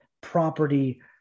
property